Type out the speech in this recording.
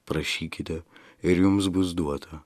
prašykite ir jums bus duota